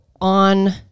on